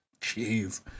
Jeez